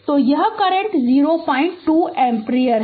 तो और यह करंट 08 एम्पीयर है